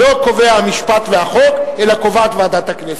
לא קובעים המשפט והחוק אלא קובעת ועדת הכנסת.